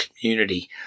community